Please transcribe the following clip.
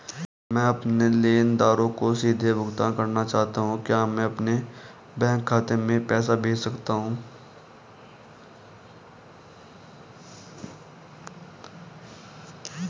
मैं अपने लेनदारों को सीधे भुगतान करना चाहता हूँ क्या मैं अपने बैंक खाते में पैसा भेज सकता हूँ?